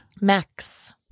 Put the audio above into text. Max